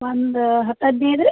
ಒಂದು ಹತ್ತು ಹದಿನೈದು